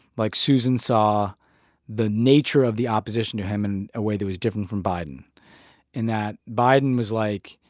like, susan saw the nature of the opposition to him in a way that was different from biden in that biden was like,